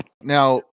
Now